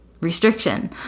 restriction